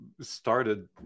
started